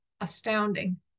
astounding